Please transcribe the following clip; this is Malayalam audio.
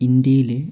ഇന്ത്യയിലെ